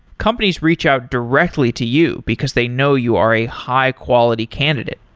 companies reach out directly to you, because they know you are a high-quality candidate.